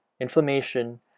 inflammation